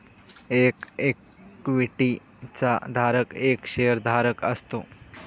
एक इक्विटी चा धारक एक शेअर धारक असतो